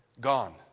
gone